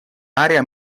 area